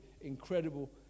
incredible